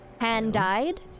Hand-dyed